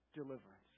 deliverance